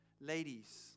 Ladies